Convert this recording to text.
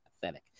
pathetic